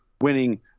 winning